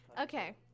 Okay